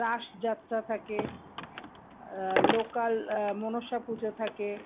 রাসযাত্রা থাকে লোকাল মনসা পুজো থাকে